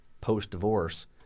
post-divorce